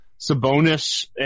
Sabonis